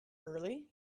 early